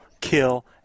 kill